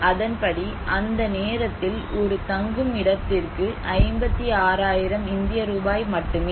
அதன்படி அந்த நேரத்தில் ஒரு தங்குமிடத்திற்கு 56000 இந்திய ரூபாய் மட்டுமே